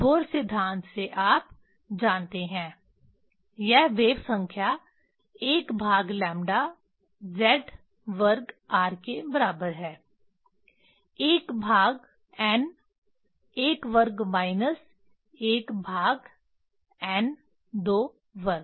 Bohr सिद्धांत से आप जानते हैं यह वेव संख्या 1 भाग लैम्बडा Z वर्ग R के बराबर है 1 भाग n 1 वर्ग माइनस 1 भाग n 2 वर्ग